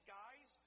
guys